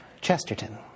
Chesterton